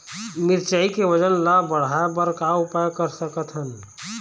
मिरचई के वजन ला बढ़ाएं बर का उपाय कर सकथन?